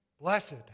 Blessed